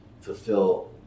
fulfill